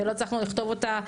ולא הצלחנו לכתוב אותה,